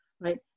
right